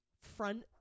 Front